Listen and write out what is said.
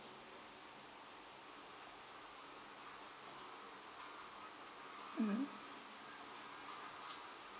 mm